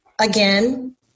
Again